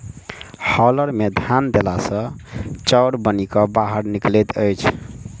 hauler मे धान देला सॅ चाउर बनि क बाहर निकलैत अछि